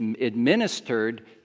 administered